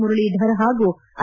ಮುರಳೀಧರ್ ಹಾಗೂ ಐ